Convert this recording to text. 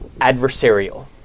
adversarial